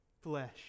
flesh